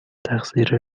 تقصیر